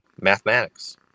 mathematics